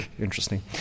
interesting